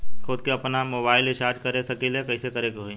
खुद से आपनमोबाइल रीचार्ज कर सकिले त कइसे करे के होई?